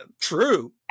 true